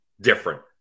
different